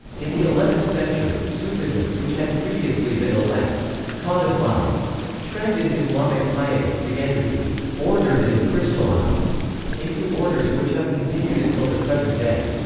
in the eleventh-century, sufism, which had previously been a less codified trend in islamic piety, began to be ordered and crystallized into orders which have continued until the present day.